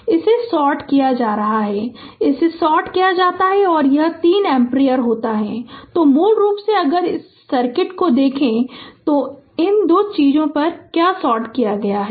और इसे सॉर्ट किया जाता है इसे सॉर्ट किया जाता है और यह 3 एम्पीयर होता है तो मूल रूप से अगर इस सर्किट को देखें तो मूल रूप से यह इन दो चीजों पर क्या होगा सॉर्ट किया गया है